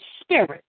Spirit